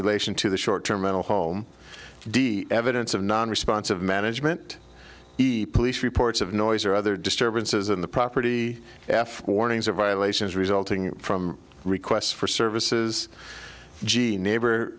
relation to the short term mental home d evidence of non responsive management police reports of noise or other disturbances in the property f warnings or violations resulting from requests for services g neighbor